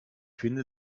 finde